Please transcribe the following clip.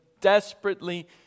desperately